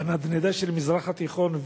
בנדנדה של המזרח התיכון,